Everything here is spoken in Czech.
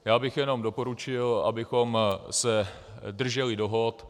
Já bych jenom doporučil, abychom se drželi dohod.